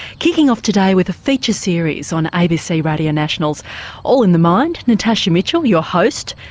kicking off today with a feature series on abc radio national's all in the mind, natasha mitchell your host,